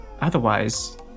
otherwise